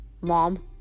Mom